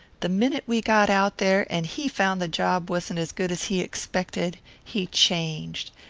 the minute we got out there, and he found the job wasn't as good as he expected, he changed.